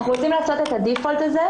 אנחנו רוצים לעשות את ברירת המחדל הזאת